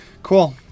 Cool